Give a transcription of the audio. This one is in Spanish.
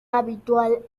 habitual